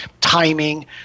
timing